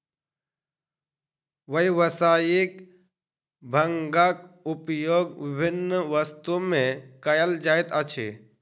व्यावसायिक भांगक उपयोग विभिन्न वस्तु में कयल जाइत अछि